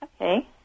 Okay